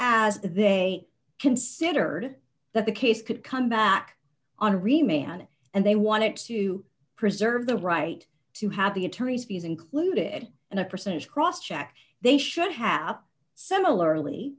as they considered that the case could come back on to remain on and they wanted to preserve the right to have the attorney's fees included and a percentage cross check they should have similarly